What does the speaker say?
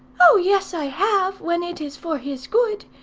oh yes, i have when it is for his good.